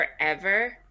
forever